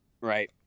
right